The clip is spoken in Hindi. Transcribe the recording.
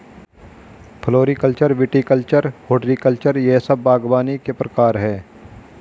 फ्लोरीकल्चर, विटीकल्चर, हॉर्टिकल्चर यह सब बागवानी के प्रकार है